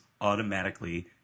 automatically